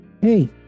hey